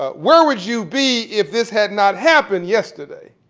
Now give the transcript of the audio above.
ah where would you be if this had not happened yesterday?